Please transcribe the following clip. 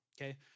okay